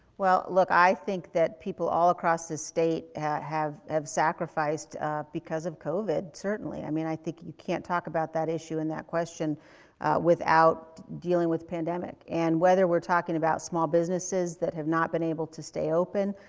well, look, i think that people all across the state have have sacrificed because of covid, certainly. i mean, i think you can't talk about that issue and that question without dealing with pandemic. and whether we're talking about small businesses that have not been able to stay open,